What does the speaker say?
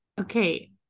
Okay